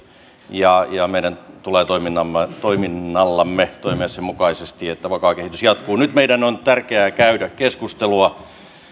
ja ja meidän tulee toiminnallamme toiminnallamme toimia sen mukaisesti että vakaa kehitys jatkuu nyt meidän on tärkeää käydä keskustelua